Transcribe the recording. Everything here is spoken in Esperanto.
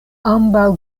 ambaŭ